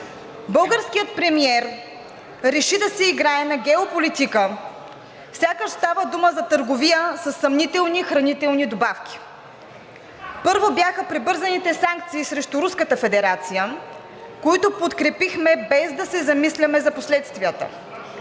българският премиер реши да си играе на геополитика, сякаш става дума за търговия със съмнителни хранителни добавки. Първо бяха прибързаните санкции срещу Руската федерация, които подкрепихме, без да се замисляме за последствията.